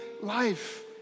life